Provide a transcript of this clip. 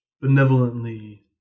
benevolently